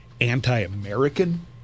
Anti-American